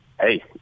hey